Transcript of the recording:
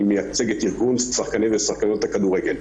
ואני מייצג את ארגון שחקני ושחקניות הכדורגל.